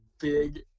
big